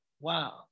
wow